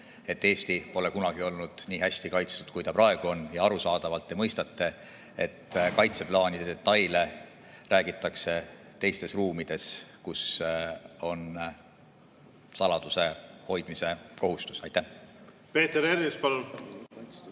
et Eesti pole kunagi olnud nii hästi kaitstud, kui ta praegu on. Ja arusaadavalt te mõistate, et kaitseplaanide detaile räägitakse teistes ruumides, kus on saladuse hoidmise kohustus. Aitäh